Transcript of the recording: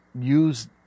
use